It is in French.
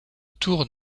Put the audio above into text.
tours